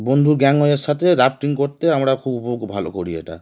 বন্ধুর গ্যাঙ্গয়ের সাথে রাফ্টিং করতে আমরা খুব উপোগ ভালো করি এটা